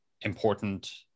important